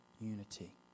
unity